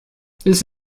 this